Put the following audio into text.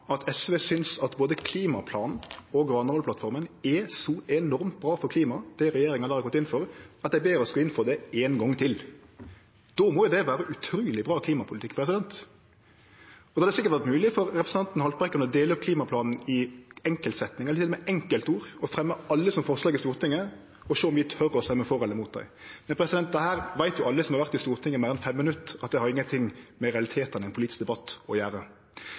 at SV synest at både klimaplanen og Granavolden-plattformen – det regjeringa har gått inn for – er så enormt bra for klimaet at dei ber oss gå inn for det ein gong til. Då må det vere utruleg bra klimapolitikk. Det hadde sikkert vore mogleg for representanten Haltbrekken å dele opp klimaplanen i enkeltsetningar, til og med i enkeltord, og fremje alle som forslag i Stortinget, og sjå om vi tør å stemme for eller imot dei. Men alle som har vore i Stortinget i meir enn 5 minutt, veit jo at det har ingenting med realitetane i ein politisk debatt å gjere.